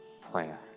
prayer